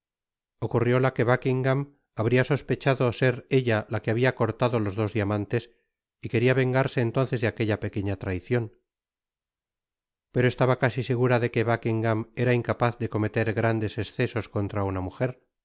inglaterra ocurrióla que buckingam habria sospechado ser ella la que habia cortado los dos diamantes y queria vengarse entonces de aquella pequeña traicion pero estaba casi segura de que buckingam era incapaz de cometer grandes escesos contra una mujer